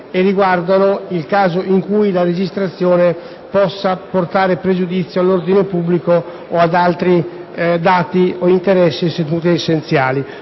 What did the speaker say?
dati ed il caso in cui la registrazione possa portare pregiudizio all'ordine pubblico o ad altri interessi essenziali.